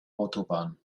autobahn